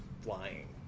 flying